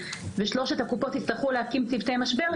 ושלוש הקופות יצטרכו להקים צוותי משבר,